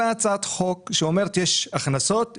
באה הצעת חוק שאומרת: יש הכנסות,